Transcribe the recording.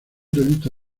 delito